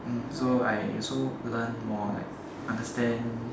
so like I also learn more like understand